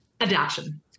adaption